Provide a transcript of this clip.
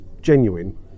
genuine